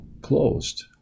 closed